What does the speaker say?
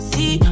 See